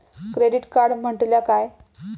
Credit card म्हटल्या काय?